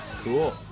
Cool